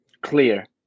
clear